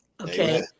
okay